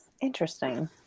Interesting